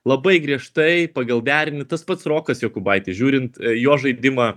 labai griežtai pagal derinį tas pats rokas jokubaitis žiūrint jo žaidimą